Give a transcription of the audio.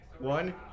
one